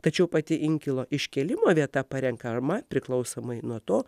tačiau pati inkilo iškėlimo vieta parenkama priklausomai nuo to